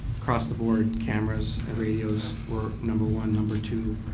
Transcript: across-the-board, cameras, radios were number one, number two.